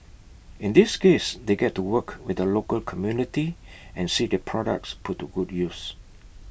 in this case they get to work with the local community and see their products put good use